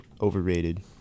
overrated